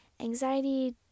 Anxiety